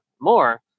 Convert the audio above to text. more